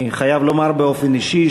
אני חייב לומר באופן אישי,